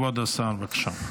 כבוד השר, בבקשה.